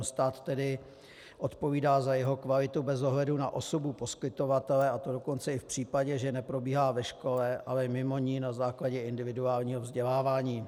Stát tedy odpovídá za jeho kvalitu bez ohledu na osobu poskytovatele, a to dokonce i v případě, že neprobíhá ve škole, ale mimo ni na základě individuálního vzdělávání.